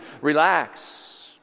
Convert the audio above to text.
relax